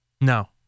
No